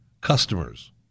customers